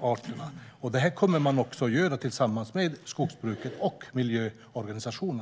arterna bättre. Detta kommer man att göra tillsammans med skogsbruket och miljöorganisationerna.